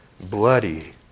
bloody